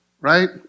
right